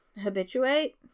habituate